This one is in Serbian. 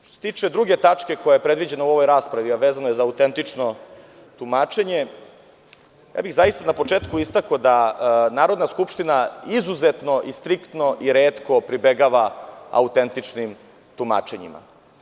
Što se tiče druge tačke koja je predviđena u ovoj raspravi,a vezano je za autentično tumačenje, zaista bih na početku istakao da Narodna Skupština, izuzetno i striktno i retko pribegava autentičnim tumačenjima.